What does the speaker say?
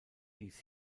dies